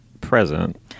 present